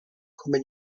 come